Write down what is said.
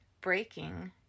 Breaking